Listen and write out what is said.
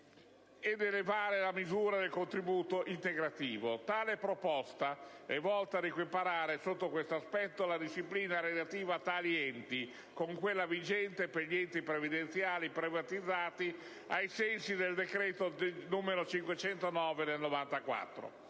di elevare la misura del contributo integrativo. Tale proposta è volta a equiparare sotto questo aspetto la disciplina relativa a tali enti a quella vigente per gli enti previdenziali privatizzati ai sensi del decreto n. 509 del 1994.